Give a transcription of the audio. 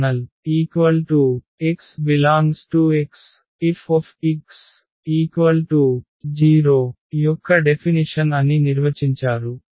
kernel F ను Ker x∈X F0 యొక్క definition అని నిర్వచించారు